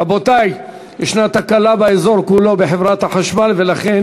רבותי, יש תקלה בחברת החשמל באזור כולו.